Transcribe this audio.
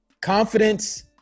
confidence